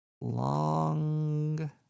Long